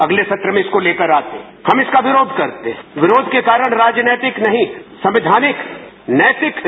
अगले सत्र में इसको लेकर आते हम इसका विरोध करते है विरोध के कारण राजनैतिक नहीं संवैधानिक हैं नैतिक है